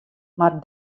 mar